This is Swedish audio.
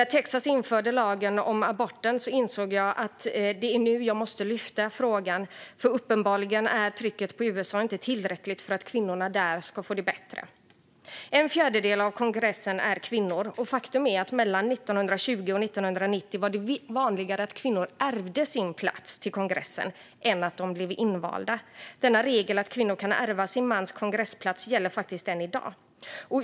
När Texas införde abortlagen insåg jag att det är nu jag måste lyfta frågan, för uppenbarligen är trycket på USA inte tillräckligt för att kvinnorna där ska få det bättre. En fjärdedel av kongressen är kvinnor, och faktum är att mellan 1920 och 1990 var det vanligare att kvinnor ärvde sin plats till kongressen än att de blev invalda. Denna regel att kvinnor kan ärva sin mans kongressplats gäller faktiskt än i dag.